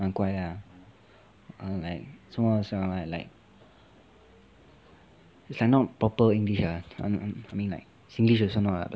很怪啦 like like it's like not proper english lah I I I mean like singlish also not ah but like